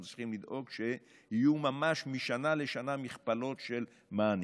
אנחנו צריכים לדאוג שיהיו ממש משנה לשנה מכפלות של מענים,